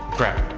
grab.